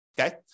Okay